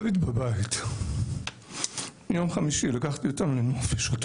ביום חמישי לקחתי אותם לנופש.